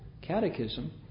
catechism